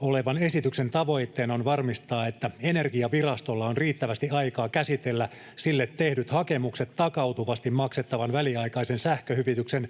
olevan esityksen tavoitteena on varmistaa, että Energiavirastolla on riittävästi aikaa käsitellä sille tehdyt hakemukset takautuvasti maksettavan väliaikaisen sähköhyvityksen